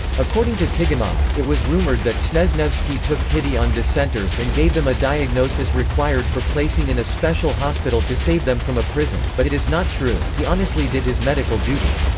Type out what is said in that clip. according to tiganov, it was rumored that snezhnevsky took pity on dissenters and gave them a diagnosis required for placing in a special hospital to save them from a prison, but it is not true, he honestly did his medical duty.